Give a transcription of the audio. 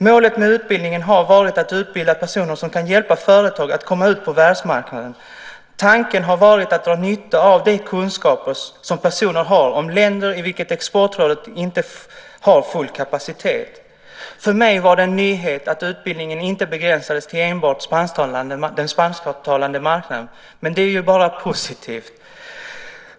Målet med utbildningen har varit att utbilda personer som kan hjälpa företag att komma ut på världsmarknaden. Tanken har varit att dra nytta av de kunskaper som personer har om länder i vilket Exportrådet inte har full kapacitet. För mig var det en nyhet att utbildningen inte begränsas till enbart den spansktalande marknaden, men det är bara positivt!